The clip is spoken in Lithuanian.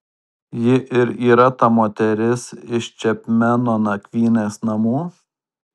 ji ir yra ta moteris iš čepmeno nakvynės namų